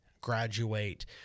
graduate